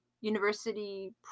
university